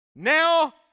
Now